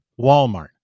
Walmart